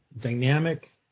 dynamic